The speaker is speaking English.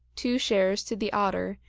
two shares to the otter,